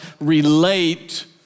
relate